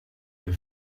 her